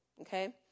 okay